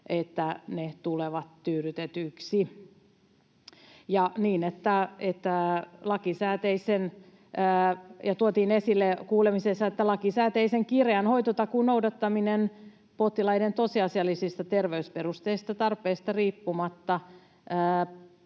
että ne tulevat tyydytetyiksi. Kuulemisissa tuotiin esille, että lakisääteisen kireän hoitotakuun noudattaminen potilaiden tosiasiallisista terveysperusteisista tarpeista riippumatta